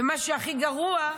ומה שהכי גרוע,